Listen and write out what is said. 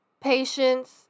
patience